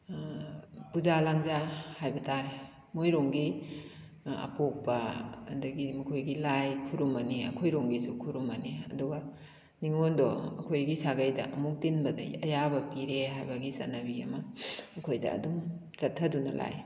ꯄꯨꯖꯥ ꯂꯥꯡꯖ ꯍꯥꯏꯕ ꯇꯥꯔꯦ ꯃꯣꯏꯔꯣꯝꯒꯤ ꯑꯄꯣꯛꯄ ꯑꯗꯒꯤ ꯃꯈꯣꯏꯒꯤ ꯂꯥꯏ ꯈꯨꯔꯨꯝꯂꯅꯤ ꯑꯩꯈꯣꯏꯔꯣꯝꯒꯤꯁꯨ ꯈꯨꯔꯝꯂꯅꯤ ꯑꯗꯨꯒ ꯅꯤꯡꯉꯣꯜꯗꯣ ꯑꯩꯈꯣꯏꯒꯤ ꯁꯥꯒꯩꯗ ꯑꯃꯨꯛ ꯇꯤꯟꯕꯗ ꯑꯌꯥꯕ ꯄꯤꯔꯦ ꯍꯥꯏꯕꯒꯤ ꯆꯠꯅꯕꯤ ꯑꯃ ꯑꯩꯈꯣꯏꯗ ꯑꯗꯨꯝ ꯆꯠꯊꯗꯨꯅ ꯂꯥꯛꯏ